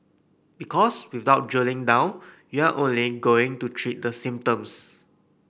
because without drilling down you're only going to treat the symptoms